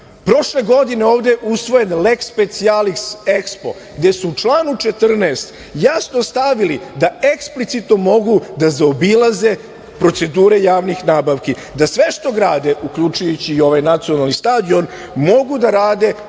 Prošle godine, ovde usvojen leks specijalis EXPO gde u članu 14. jasno stavili da eksplicitno mogu da zaobilaze procedure javnih nabavki, da sve što grade, uljkučujući i ovaj nacionalni stadion mogu da rade